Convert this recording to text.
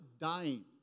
dying